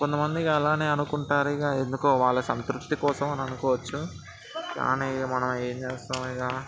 కొంతమంది ఇక అలాగే అనుకుంటారు ఇక ఎందుకో వాళ్ళ సంతృప్తి కోసం అని అనుకోవచ్చు ఏం చేస్తాం ఇక